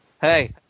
hey